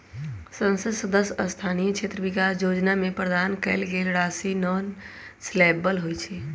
संसद सदस्य स्थानीय क्षेत्र विकास जोजना में प्रदान कएल गेल राशि नॉन लैप्सबल होइ छइ